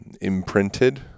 imprinted